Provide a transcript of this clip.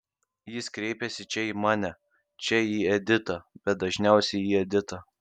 jis kreipiasi čia į mane čia į editą bet dažniausiai į editą